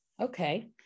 Okay